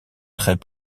très